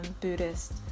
Buddhist